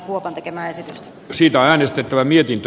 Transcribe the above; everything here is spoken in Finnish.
kuopan ehdotusta